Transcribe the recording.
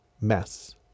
mess